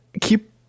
keep